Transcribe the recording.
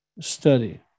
study